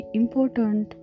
important